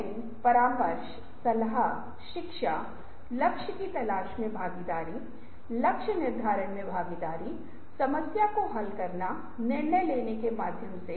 तो एक संगठनात्मक ढलान है नौकरशाही है और रेटेड दर प्रबल है जिसके परिणामस्वरूप रचनात्मकता में देरी हो रही है